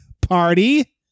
party